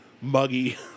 muggy